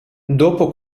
dopo